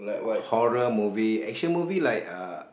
horror movie action movie like uh